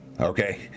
Okay